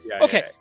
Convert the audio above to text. Okay